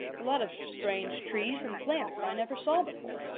lot of strange trees and plants i never saw before